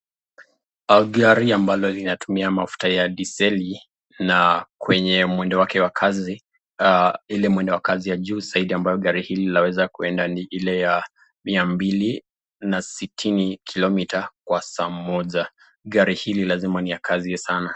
Gari ambalo linatumia mafuta ya diseli na kwenye mwendo wake wa kazi, ile mwendo wa kazi ya juu zaidi ambayo gari hili laweza kuenda ni ile ya mia mbili na sitini kilomita kwa saa moja. Gari hili lazima ni ya kazi sana.